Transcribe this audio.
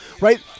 right